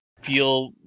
feel